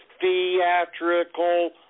Theatrical